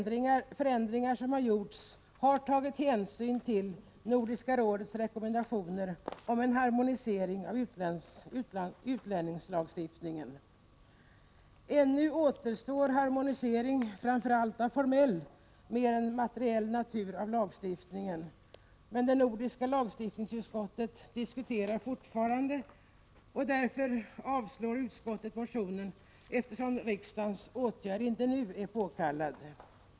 De förändringar som har gjorts har tagit hänsyn till Nordiska rådets rekommendationer om en harmonisering av utlänningslagstiftningen. Ännu återstår en harmonisering av lagstiftningen, framför allt av formell natur — mer än av materiell. Det nordiska lagstiftningsutskottet diskuterar emellertid fortfarande denna fråga, och därför avstyrker utskottet motionen, eftersom riksdagens åtgärd inte nu är påkallad.